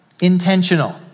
intentional